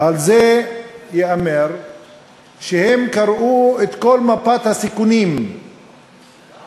ועל זה ייאמר שהן קראו את כל מפת הסיכונים של